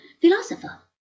philosopher